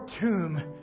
tomb